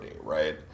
right